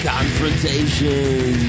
Confrontation